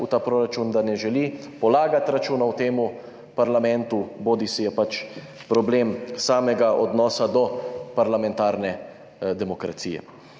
v ta proračun, ne želi polagati računov temu parlamentu bodisi je pač problem samega odnosa do parlamentarne demokracije.